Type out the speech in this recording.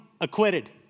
acquitted